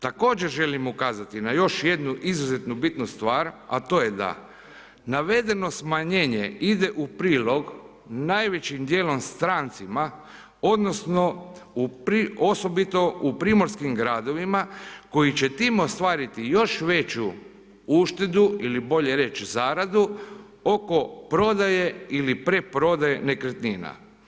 Također, želim ukazati na još jednu izuzetno bitnu stvar, a to je da navedeno smanjenje ide u prilog najvećim dijelom strancima odnosno osobito u primorskim gradovima koji će tim ostvariti još veću uštedu ili bolje reć zaradu oko prodaje ili pretprodaje nekretnina.